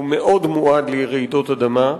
שהוא מאוד מועד לרעידות אדמה.